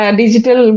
digital